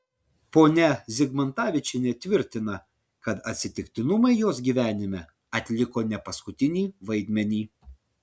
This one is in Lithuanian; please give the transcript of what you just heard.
ponia zigmantavičienė tvirtina kad atsitiktinumai jos gyvenime atliko ne paskutinį vaidmenį